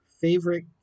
Favorite